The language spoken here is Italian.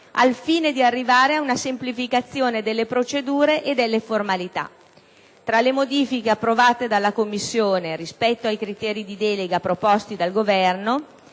al fine di arrivare ad una semplificazione delle procedure e delle formalità. Tra le modifiche approvate dalla Commissione rispetto ai criteri di delega proposti dal Governo